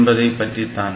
என்பதைப்பற்றித்தான்